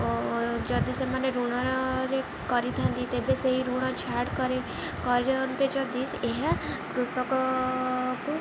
ଓ ଯଦି ସେମାନେ ଋଣରେ କରିଥାନ୍ତି ତେବେ ସେହି ଋଣ ଛାଡ଼ କରି କରିଦିଅନ୍ତେ ଯଦି ଏହା କୃଷକକୁ